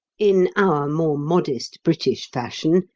in our more modest british fashion,